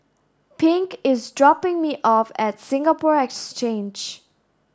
Pink is dropping me off at Singapore Exchange